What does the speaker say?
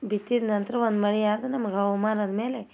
ಬಿತ್ತಿದ ನಂತರ ಒಂದು ಮಳೆ ಆದ್ರೆ ನಮ್ಗೆ ಹವ್ಮಾನದ ಮೇಲೆ